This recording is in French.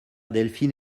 delphine